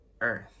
Earth